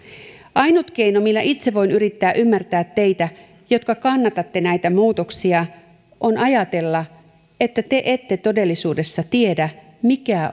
ainut keino millä itse voin yrittää ymmärtää teitä jotka kannatatte näitä muutoksia on ajatella että te ette todellisuudessa tiedä mikä